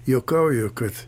juokauju kad